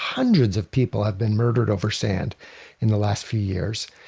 hundreds of people have been murdered over sand in the last few years.